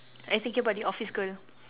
I think about the office girl